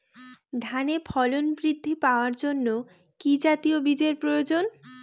ধানে ফলন বৃদ্ধি পাওয়ার জন্য কি জাতীয় বীজের প্রয়োজন?